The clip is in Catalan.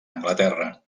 anglaterra